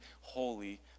holy